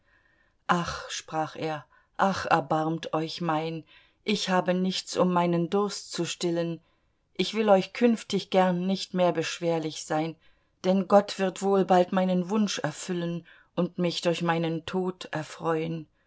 ach sprach er ach erbarmt euch mein ich habe nichts um meinen durst zu stillen ich will euch künftig gern nicht mehr beschwerlich sein denn gott wird wohl bald meinen wunsch erfüllen und mich durch meinen tod erfreun